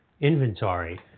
inventory